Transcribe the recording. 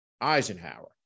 Eisenhower